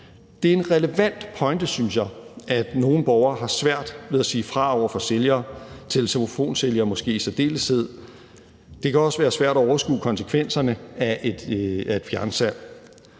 Det er en relevant pointe, synes jeg, at nogle borgere har svært ved at sige fra over for sælgere, telefonsælgere måske i særdeleshed. Det kan også være svært at overskue konsekvenserne af et fjernsalg.